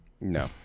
No